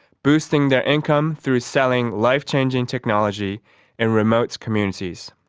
boosting their income through selling life changing technology in remote communities.